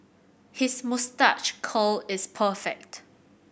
his moustache curl is perfect